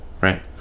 right